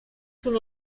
sin